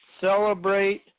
celebrate